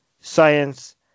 science